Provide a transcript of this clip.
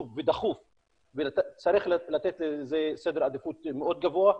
ודחוף וצריך לתת לזה סדר עדיפות מאוד גבוה.